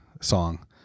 song